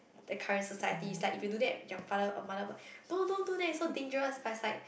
that kind of society is like if you do that your father or mother will no no don't do that it's so dangerous but it's like